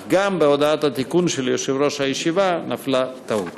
אך גם בהודעת התיקון של יושב-ראש הישיבה נפלה טעות.